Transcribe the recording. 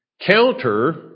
counter